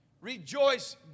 Rejoice